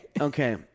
okay